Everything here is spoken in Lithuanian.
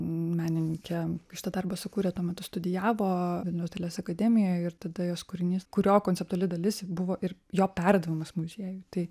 menininkė kai šitą darbą sukūrė tuo metu studijavo vilniaus dailės akademijoj ir tada jos kūrinys kurio konceptuali dalis buvo ir jo perdavimas muziejui tai